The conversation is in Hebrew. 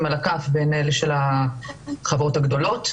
על הכף בין אלה של החברות הגדולות,